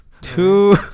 Two